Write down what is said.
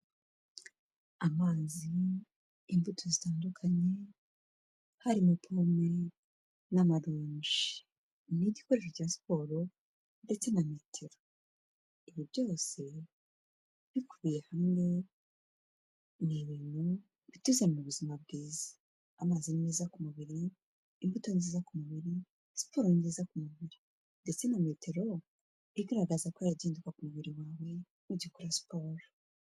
Amazi, imbuto zitandukanye harimo pome n'amaronji n'igikoresho cya siporo ndetse na metero. Ibi byose bikubiye hamwe, ni ibintu bituzanira ubuzima bwiza. Amazi ni meza ku mubiri, imbuto nziza ku mubiri, siporo ni nziza ku mubiri ndetse na metero igaragaza ko hari igihinduka ku mubiri wawe ugikora siporo.